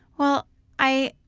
well i.